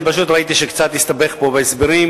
אני פשוט ראיתי שקודמי קצת הסתבך פה בהסברים,